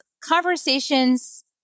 conversations